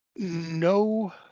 no